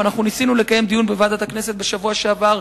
ואנחנו ניסינו לקיים דיון בוועדת הכנסת בשבוע שעבר,